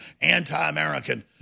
anti-American